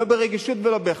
לא ברגישות ולא באכפתיות.